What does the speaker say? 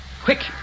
Quick